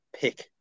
pick